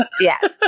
Yes